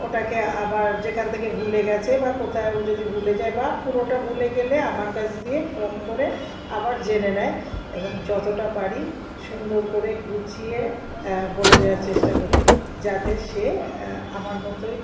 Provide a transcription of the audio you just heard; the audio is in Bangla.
ওটাকে আবার যেখান থেকে ভুলে গেছে বা কোথাও যদি ভুলে যায় বা পুরোটা ভুলে গেলে আমার কাছ দিয়ে ফোন করে আবার জেনে নেয় এবং যতটা পারি সুন্দর করে গুছিয়ে বলে দেওয়ার চেষ্টা করি যাতে সে আমার মতোই